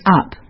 up